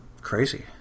crazy